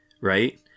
right